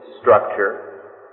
structure